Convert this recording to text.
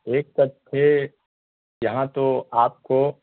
ایک کٹھے یہاں تو آپ کو